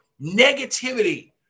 negativity